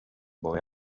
boy